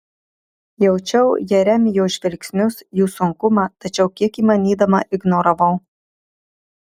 jaučiau jeremijo žvilgsnius jų sunkumą tačiau kiek įmanydama ignoravau